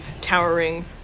towering